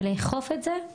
ולאכוף את זה?